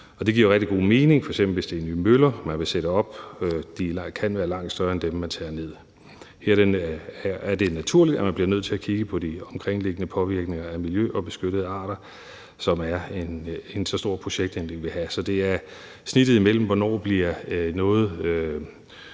det giver rigtig god mening, f.eks. hvis det er nye møller, man vil sætte op; de kan være langt større end dem, man tager ned. Her er det naturligt – og det bliver man nødt til – at kigge på påvirkningen af det omkringliggende miljø og af beskyttede arter, som en så stor projektændring vil have . Så det er snittet imellem, hvornår forandringen